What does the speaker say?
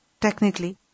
technically